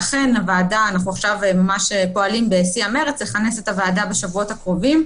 ואכן אנחנו עכשיו ממש פועלים בשיא המרץ לכנס את הוועדה בשבועות הקרובים,